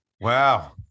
Wow